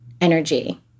energy